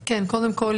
שלום,